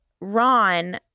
Ron